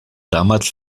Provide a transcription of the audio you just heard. damals